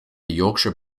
yorkshire